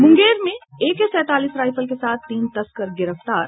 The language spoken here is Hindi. मुंगेर में एके सैंतालीस राईफल के साथ तीन तस्कर गिरफ्तार